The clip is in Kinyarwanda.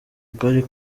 kari